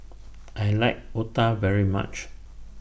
I like Otah very much